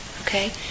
Okay